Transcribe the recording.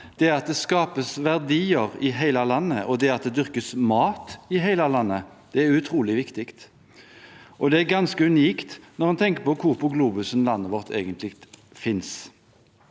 at det skapes verdier i hele landet, og at det dyrkes mat i hele landet, er utrolig viktig. Det er også ganske unikt når en tenker på hvor på globusen landet vårt egentlig finnes.